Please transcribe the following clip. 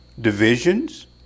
divisions